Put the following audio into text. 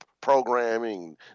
programming